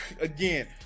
Again